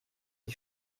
die